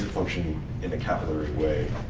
a function in a capillary way.